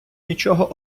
нічого